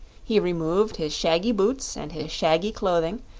he removed his shaggy boots and his shaggy clothing,